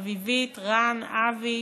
אביבית, רן, אבי